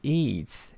eats